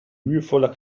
mühevoller